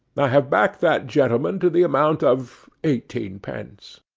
i have backed that gentleman to the amount of eighteenpence